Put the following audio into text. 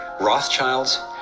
Rothschilds